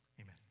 amen